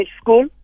school